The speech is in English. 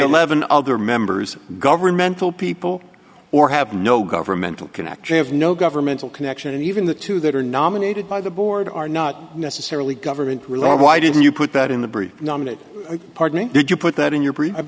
eleven other members governmental people or have no governmental connection have no governmental connection and even the two that are nominated by the board are not necessarily government related why didn't you put that in the brief nominate pardoning did you put that in your